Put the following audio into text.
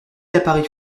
l’appareil